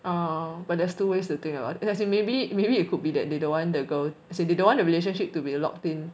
oh but there's two ways to think about it as in maybe maybe it could be that they don't want the girl as in they don't want relationship to be locked in